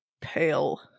Pale